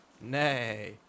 Nay